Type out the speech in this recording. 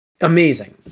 amazing